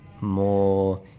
more